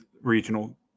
regional